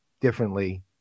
differently